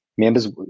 Members